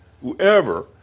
Whoever